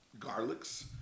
garlics